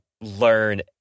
learn